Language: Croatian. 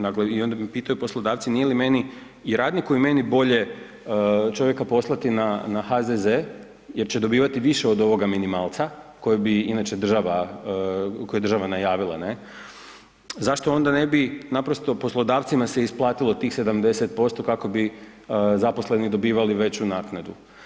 Dakle, i onda me pitaju poslodavci nije li meni, i radniku i meni bolje čovjeka poslati na HZZ jer će dobivati više od ovoga minimalca kojeg bi inače država, koji je država najavila ne, zašto onda ne bi naprosto poslodavcima se isplatilo tih 70% kako bi zaposleni dobivali veću naknadu?